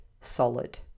solid